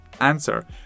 answer